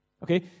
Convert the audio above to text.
okay